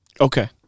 Okay